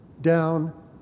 down